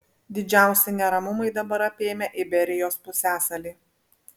didžiausi neramumai dabar apėmę iberijos pusiasalį